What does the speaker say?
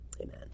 Amen